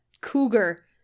cougar